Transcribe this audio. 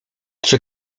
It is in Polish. czy